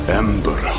ember